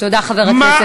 תודה, חבר הכנסת פריג'.